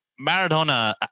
Maradona